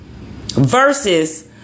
versus